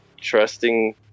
trusting